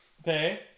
Okay